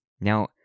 Now